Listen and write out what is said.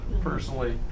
personally